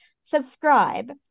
subscribe